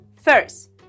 First